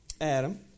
Adam